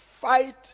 fight